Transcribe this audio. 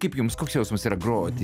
kaip jums koks jausmas yra groti